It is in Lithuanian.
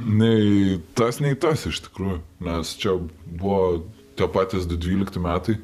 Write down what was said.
nei tas nei tas iš tikrųjų mes čia buvo tie patys dvylikti metai